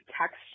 text